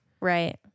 Right